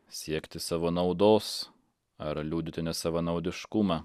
siekti savo naudos ar liudyti nesavanaudiškumą